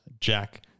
Jack